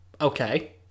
Okay